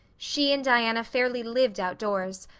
she and diana fairly lived outdoors,